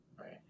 right